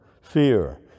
fear